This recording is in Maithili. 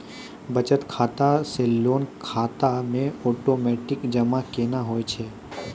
बचत खाता से लोन खाता मे ओटोमेटिक जमा केना होय छै?